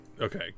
Okay